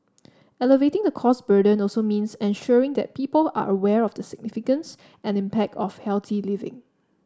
alleviating the cost burden also means ensuring that people are aware of the significance and impact of healthy living